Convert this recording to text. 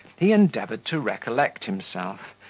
he endeavoured to recollect himself,